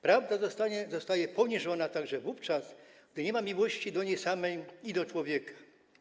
Prawda zostanie poniżona także wówczas, gdy nie ma miłości do niej samej i do człowieka.